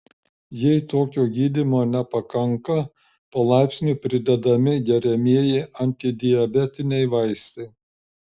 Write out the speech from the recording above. jei tokio gydymo nepakanka palaipsniui pridedami geriamieji antidiabetiniai vaistai